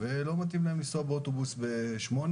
ולא מתאים להם לנסוע באוטובוס ב-08:00,